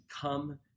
come